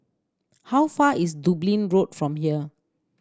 how far is Dublin Road from here